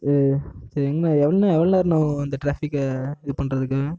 சரி இன்னும் இன்னும் எவ்வளோ நேரண்ணா ஆகும் இந்த ட்ராஃபிக்கை இது பண்ணுறதுக்கு